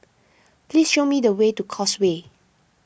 please show me the way to Causeway